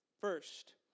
First